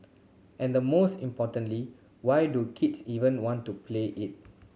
and the most importantly why do kids even want to play it